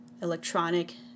electronic